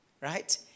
right